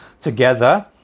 together